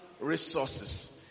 resources